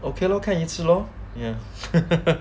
okay lor 看一次 lor ya